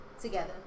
together